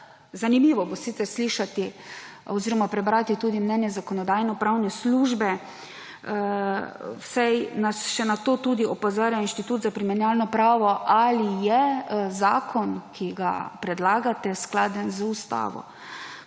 zanimivo slišati oziroma prebrati tudi mnenje Zakonodajno-pravne službe, saj nas še na to tudi opozarja Inštitut za primerjalno pravo, ali je zakon, ki ga predlagate, skladno z ustavo.